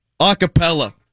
Acapella